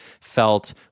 felt